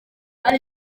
hari